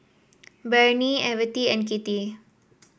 Bernie Evette and Kitty